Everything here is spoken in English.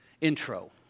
intro